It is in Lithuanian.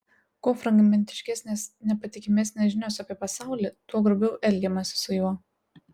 kuo fragmentiškesnės nepatikimesnės žinios apie pasaulį tuo grubiau elgiamasi su juo